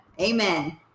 Amen